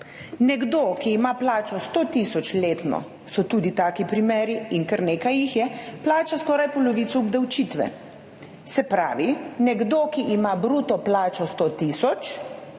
Nekdo, ki ima plačo 100 tisoč letno, so tudi taki primeri in kar nekaj jih je, plača skoraj polovico obdavčitve. Se pravi, nekdo, ki ima bruto plačo 100 tisoč,